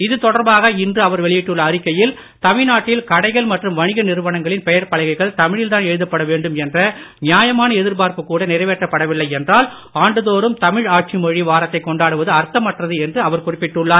இது தொடர்பாக இன்று அவர் வெளியிட்டுள்ள அறிக்கையில் தமிழ்நாட்டில் கடைகள் மற்றும் வணிக நிறுவனங்களின் பெயர்ப்பலகைகள் தமிழில் தான் எழுதப்பட வேண்டும் கூட நிறைவேற்றப்படவில்லை என்றால் ஆண்டுதோறும் தமிழ் ஆட்சி மொழி வாரத்தை கொண்டாடுவது அர்த்தமற்றது என்று குறிப்பிட்டுள்ளார்